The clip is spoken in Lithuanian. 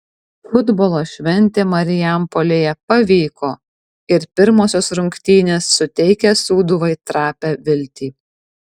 futbolo šventė marijampolėje pavyko ir pirmosios rungtynės suteikia sūduvai trapią viltį